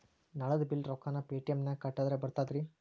ನಳದ್ ಬಿಲ್ ರೊಕ್ಕನಾ ಪೇಟಿಎಂ ನಾಗ ಕಟ್ಟದ್ರೆ ಬರ್ತಾದೇನ್ರಿ?